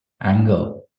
anger